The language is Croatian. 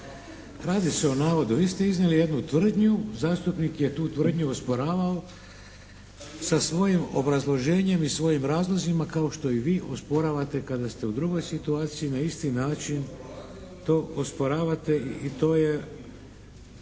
Radi se o navodu, vi ste iznijeli jednu tvrdnju, zastupnik je tu tvrdnju osporavao sa svojim obrazloženjem i svojim razlozima kao što i vi osporavate kada ste u drugoj situaciji na isti način to osporavate i to je